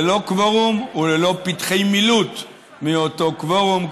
ללא קוורום וללא פתחי מילוט מאותו קוורום,